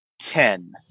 Ten